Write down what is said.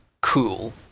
cool